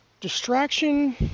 Distraction